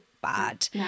bad